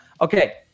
Okay